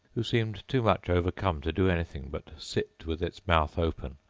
who seemed too much overcome to do anything but sit with its mouth open,